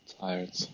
tired